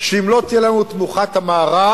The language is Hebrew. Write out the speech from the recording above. שאם לא תהיה לנו תמיכת המערב,